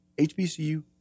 HBCU